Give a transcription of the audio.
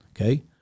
Okay